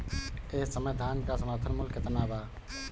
एह समय धान क समर्थन मूल्य केतना बा?